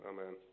Amen